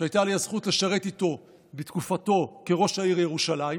שהייתה לי הזכות לשרת איתו בתקופתו כראש העיר ירושלים.